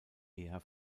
eher